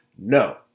No